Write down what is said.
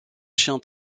chien